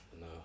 No